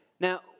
Now